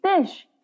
fish